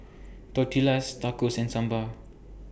Tortillas Tacos and Sambar